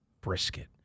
brisket